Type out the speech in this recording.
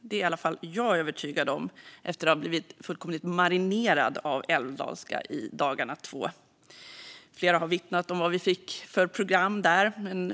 Det är i alla fall jag övertygad om efter att ha blivit marinerad i älvdalska i dagarna två. Flera har vittnat om programmet där.